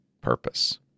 purpose